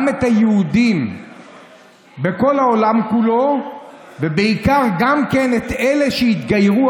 גם את היהודים בכל העולם כולו ובעיקר גם כן את אלה שהתגיירו,